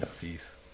peace